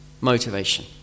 motivation